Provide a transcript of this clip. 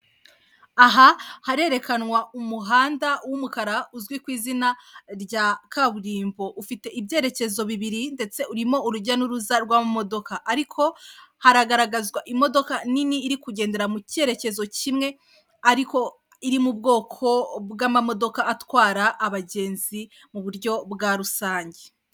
Aha harerekanwa umuhanda w'umukara, uzwi ku izina rya kaburimbo. Ufite ibyerekezo bibiri, ndetse urimo urujya n'uruza rw'amamodoka. Ariko haragaragazwa imodoka nini, iri kugendera mu cyerekezo kimwe, ariko iri mu bwoko bw'amamodoka atwara abagenzi mu buryo bwa rusange.